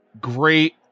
great